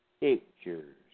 Pictures